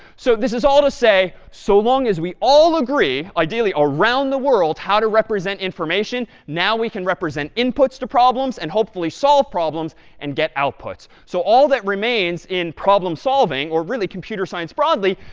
so this is all to say, so long as we all agree, ideally around the world, how to represent information, now we can represent inputs to problems and hopefully solve problems and get outputs. so all that remains in problem solving, or really, computer science broadly,